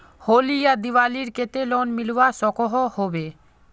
होली या दिवालीर केते लोन मिलवा सकोहो होबे?